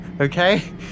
Okay